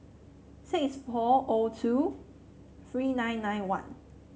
six four O two three nine nine one